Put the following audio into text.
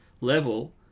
level